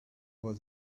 was